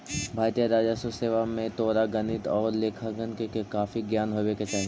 भारतीय राजस्व सेवा में तोरा गणित आउ लेखांकन के काफी ज्ञान होवे के चाहि